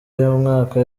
y’umwaka